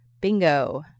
bingo